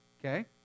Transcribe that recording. Okay